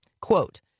quote